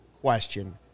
question